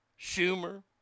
Schumer